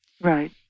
Right